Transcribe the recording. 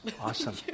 Awesome